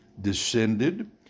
descended